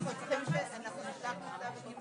ת המון